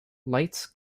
lights